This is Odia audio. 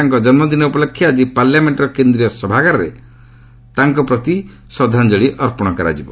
ତାଙ୍କ ଜନ୍ମଦିନ ଉପଲକ୍ଷେ ଆଜି ପାର୍ଲାମେଣ୍ଟର କେନ୍ଦ୍ରୀୟ ସଭାଗାରରେ ତାଙ୍କ ପ୍ରତି ଶ୍ରଦ୍ଧାଞ୍ଜଳି ଅର୍ପଣ କରାଯିବ